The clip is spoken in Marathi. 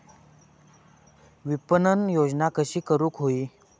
विपणन योजना कशी करुक होई?